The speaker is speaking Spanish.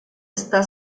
está